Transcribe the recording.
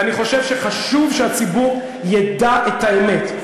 ואני חושב שחשוב שהציבור ידע את האמת.